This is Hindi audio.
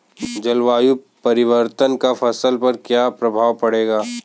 जलवायु परिवर्तन का फसल पर क्या प्रभाव पड़ेगा?